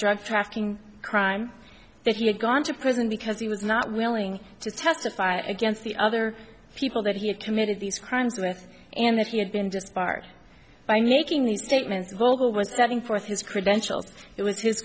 drug trafficking crime that he had gone to prison because he was not willing to testify against the other people that he had committed these crimes with and that he had been just part by making these statements vogel was setting forth his credentials it was his